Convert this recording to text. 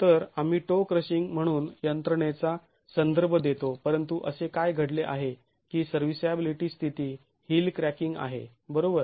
तर आम्ही toe crushing म्हणून यंत्रणेचा संदर्भ देतो परंतु असे काय घडले आहे की सर्व्हीसॅबिलीटी स्थिती हिल क्रॅकिंग आहे बरोबर